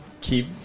keep